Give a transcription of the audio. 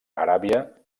aràbia